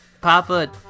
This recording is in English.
Papa